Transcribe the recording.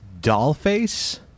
Dollface